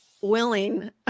willing